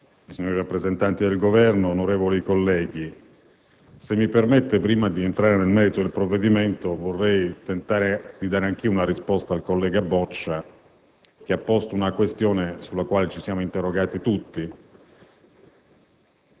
signori rappresentanti del Governo, onorevoli colleghi, se mi permettete, prima di entrare nel merito del provvedimento anch'io vorrei tentare di dare una risposta al collega Boccia che ha posto una questione sulla quale tutti ci siamo interrogati.